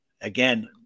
again